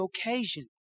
occasion